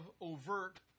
overt